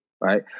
Right